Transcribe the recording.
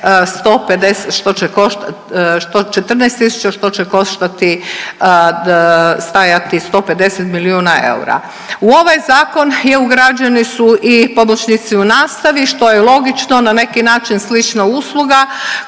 što će koštati, stajati 150 milijuna eura. U ovaj zakon je ugrađeni su i pomoćnici u nastavi što je logično na neki način, slična usluga